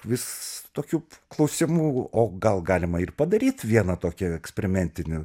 vis tokių klausimų o gal galima ir padaryt vieną tokį eksperimentinį